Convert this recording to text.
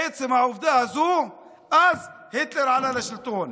עצם העובדה הזאת, אז היטלר עלה לשלטון.